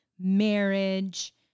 marriage